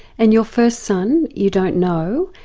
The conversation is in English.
and your first son, you don't know,